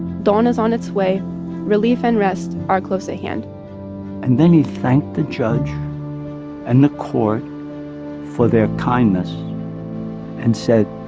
dawn is on its way relief and rest are close at hand and then he thanked the judge and the court for their kindness and said.